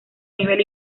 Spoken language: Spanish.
nivel